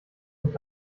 und